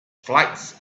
flight